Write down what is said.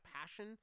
passion –